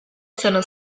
sono